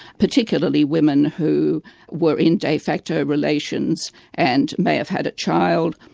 particularly women who were in de facto relations and may have had a child,